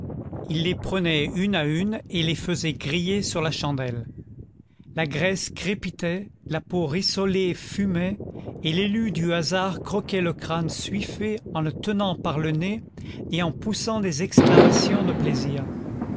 il les prenait une à une et les faisait griller sur la chandelle la graisse crépitait la peau rissolée fumait et l'élu du hasard croquait le crâne suiffé en le tenant par le nez et en poussant des exclamations de plaisir